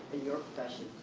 in your profession,